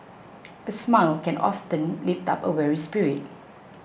a smile can often lift up a weary spirit